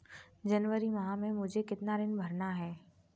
जनवरी माह में मुझे कितना ऋण भरना है?